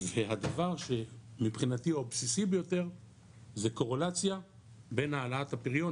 והדבר שמבחינתי הוא הבסיסי ביותר זה קורלציה בין העלאת הפריון,